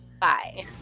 bye